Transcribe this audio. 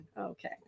okay